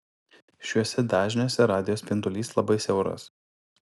šiuose dažniuose radijo spindulys labai siauras